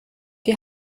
die